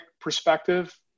perspective